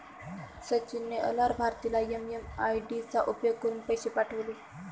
सचिन ने अलाभार्थीला एम.एम.आय.डी चा उपयोग करुन पैसे पाठवले